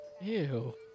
Ew